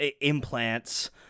implants